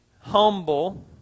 humble